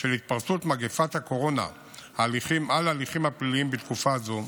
של התפרצות מגפת הקורונה על ההליכים הפליליים בתקופה זו,